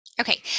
Okay